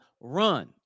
Run